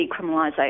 decriminalisation